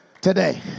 today